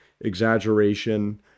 exaggeration